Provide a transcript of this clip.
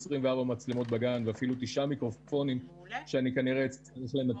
לדעתי בסעיף 6 או 7: לא יצפה אדם ולא ירשה לאחר לצפות.